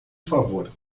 favor